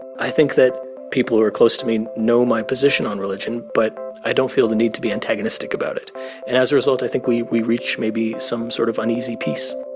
i think that people who are close to me know my position on religion, but i don't feel the need to be antagonistic about it. and as a result, i think we we reach maybe some sort of uneasy peace